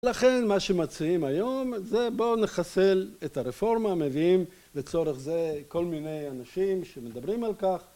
לכן מה שמציעים היום זה בואו נחסל את הרפורמה, מביאים לצורך זה כל מיני אנשים שמדברים על כך.